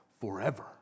forever